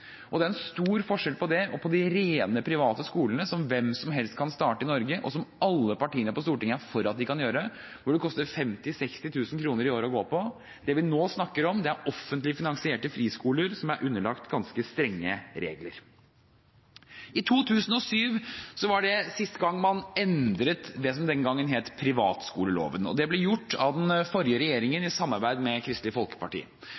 friskoler. Det er en stor forskjell på det og på de rene private skolene som hvem som helst kan starte i Norge, og som alle partiene på Stortinget er for at de kan gjøre, og som det koster 50 000–60 000 kr i året å gå på. Det vi nå snakker om, er offentlig finansierte friskoler, som er underlagt ganske strenge regler. Sist gang man endret det som den gangen het privatskoleloven, var i 2007. Det ble gjort av den forrige regjeringen i samarbeid med Kristelig Folkeparti.